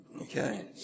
okay